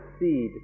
seed